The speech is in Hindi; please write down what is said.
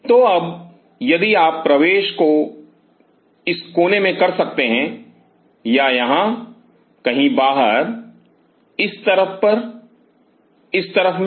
तो अब यदि आप प्रवेश को कोने में कर सकते हैं या यहां कहीं बाहर इस तरफ पर इस तरफ में